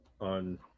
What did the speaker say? on